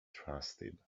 trusted